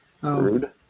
Rude